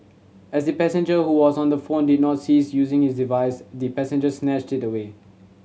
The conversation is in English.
as the passenger who was on the phone did not cease using his device the passenger snatched it away